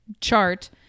chart